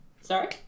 sorry